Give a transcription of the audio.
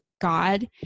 God